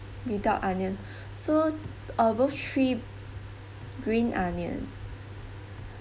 without onion so uh both three green onion